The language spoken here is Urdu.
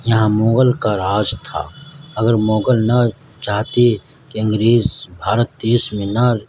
یہاں مغل کا راج تھا اگر مغل نہ چاہتے کہ انگریز بھارت دیش میں نہ